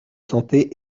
santé